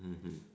((mmhmm)